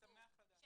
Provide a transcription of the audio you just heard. לשם כך ההסתייגות.